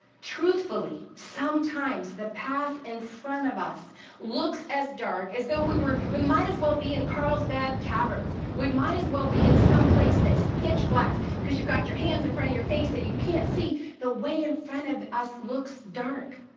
truthfully, sometimes the path in front of us looks as dark as though we were, we might as well be in carlsbad caverns. we might as well be in some place that's pitch black, cause you've got your hands in front of your face, and you can't see the way in front of us looks dark,